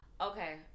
Okay